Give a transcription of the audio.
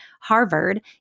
Harvard